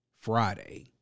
Friday